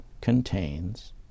contains